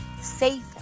safe